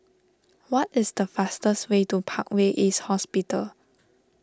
what is the fastest way to Parkway East Hospital